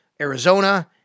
Arizona